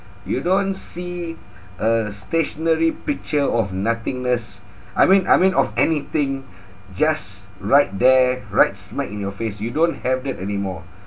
you don't see uh stationary picture of nothingness I mean I mean of anything just right there right smack in your face you don't have that anymore